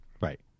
right